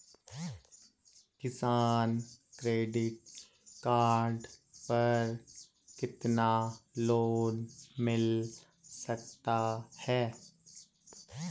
किसान credit card पर कितना लोंन मिल सकता है?